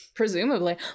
Presumably